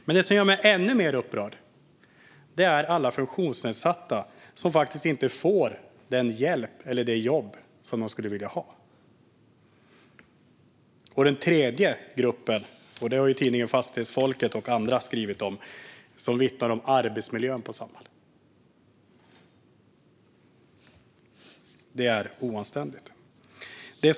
Men det som gör mig ännu mer upprörd är alla funktionsnedsatta som faktiskt inte får den hjälp eller det jobb som de skulle vilja ha. Den tredje gruppen har tidningen Fastighetsfolket och andra skrivit om. De vittnar om arbetsmiljön på Samhall. Det är oanständigt.